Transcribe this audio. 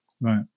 Right